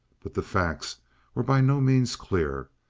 but the facts were by no means clear.